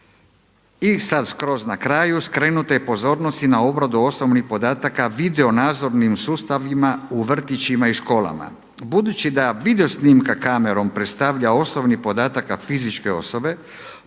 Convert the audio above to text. I sada skroz na kraju, skrenuta je pozornost i na obradu osobnih podataka video nadzornim sustavima u vrtićima i školama budući da video snimka kamerom predstavlja osobni podatak fizičke osobe,